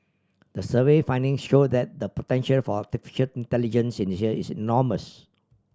the survey findings show that the potential for intelligence in Asia is enormous